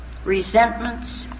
resentments